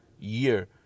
year